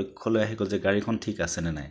লক্ষ্যলৈ আহি গ'ল যে গাড়ীখন ঠিক আছেনে নাই